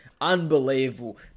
unbelievable